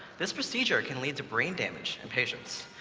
this procedure can lead to brain damage in patients.